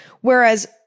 whereas